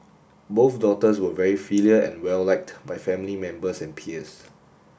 both daughters were very filial and well liked by family members and peers